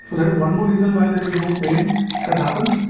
but there is one more reason why there is no pain that happens.